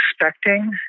expecting